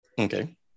Okay